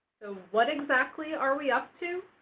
what exactly are we up to?